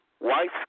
White